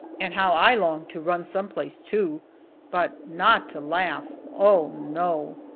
and how i longed to run some place, too but not to laugh, oh, no!